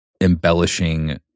embellishing